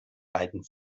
beiden